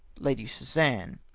lady susanne.